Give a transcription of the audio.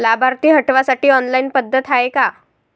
लाभार्थी हटवासाठी ऑनलाईन पद्धत हाय का?